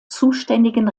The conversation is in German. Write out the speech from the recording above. zuständigen